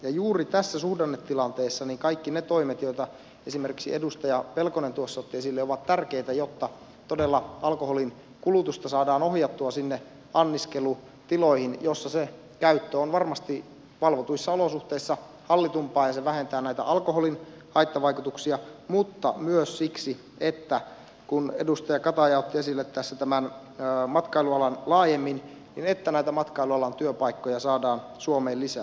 juuri tässä suhdannetilanteessa kaikki ne toimet joita esimerkiksi edustaja pelkonen otti esille ovat tärkeitä jotta todella alkoholinkulutusta saadaan ohjattua anniskelutiloihin joissa se käyttö on varmasti valvotuissa olosuhteissa hallitumpaa ja se vähentää näitä alkoholin haittavaikutuksia mutta myös siksi kun edustaja kataja otti esille tässä tämän matkailualan laajemmin että näitä matkailualan työpaikkoja saadaan suomeen lisää